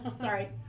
Sorry